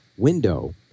window